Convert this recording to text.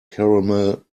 caramel